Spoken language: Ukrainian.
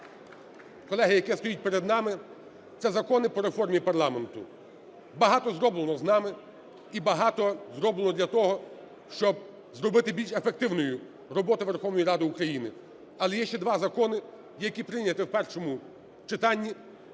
колеги, яке стоїть перед нами, – це закони по реформі парламенту. Багато зроблено нами, і багато зроблено для того, щоб зробити більш ефективною роботу Верховної Ради України. Але є ще два закони, які прийняті в першому читанні